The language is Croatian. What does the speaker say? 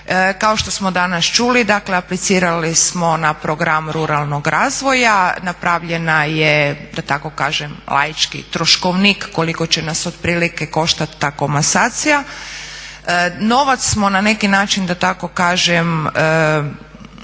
Kao što smo danas čuli dakle aplicirali smo na program ruralnog razvoja, napravljen je da tako kažem laički troškovnik koliko će nas otprilike koštat ta komasacija. Novac smo na neki način da tako kažem